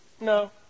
No